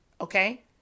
okay